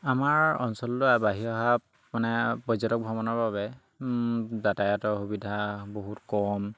আমাৰ অঞ্চললৈ বাহি অহা মানে পৰ্যটক ভ্ৰমণৰ বাবে যাতায়াতৰ সুবিধা বহুত কম